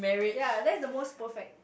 ya that is the most perfect